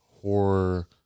horror